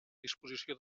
disposició